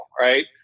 right